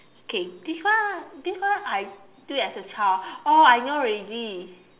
okay this one this one I do as a child oh I know already